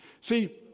See